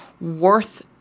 Worth